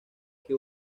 que